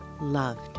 loved